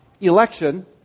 election